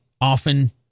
often